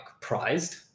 prized